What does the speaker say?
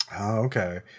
Okay